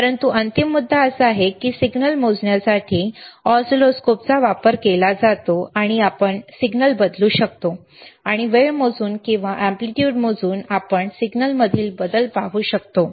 परंतु अंतिम मुद्दा असा आहे की सिग्नल मोजण्यासाठी ऑसिलोस्कोपचा वापर केला जातो आणि आपण सिग्नल बदलू शकतो आणि वेळ मोजून किंवा एम्पलीट्यूडमोजून आपण सिग्नलमधील बदल पाहू शकतो